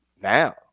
now